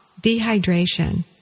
dehydration